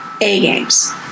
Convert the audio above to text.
A-games